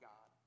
God